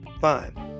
Fine